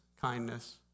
kindness